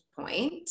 point